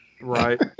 Right